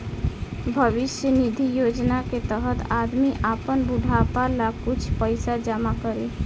भविष्य निधि योजना के तहत आदमी आपन बुढ़ापा ला कुछ पइसा जमा करी